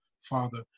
Father